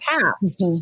past